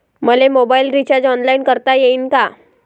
मले mobile recharge online करता येईन का?